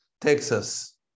Texas